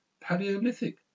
paleolithic